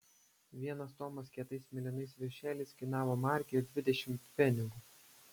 vienas tomas kietais mėlynais viršeliais kainavo markę ir dvidešimt pfenigų